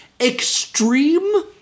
extreme